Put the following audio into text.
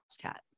cat